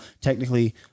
technically